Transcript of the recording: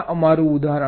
આ અમારું ઉદાહરણ છે